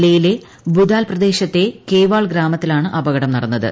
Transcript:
ജില്ലയിലെ ബുദാൽ പ്രദേശത്തെ കേവാൾ ഗ്രാമത്തിലാണ് അപകടം നടന്നത്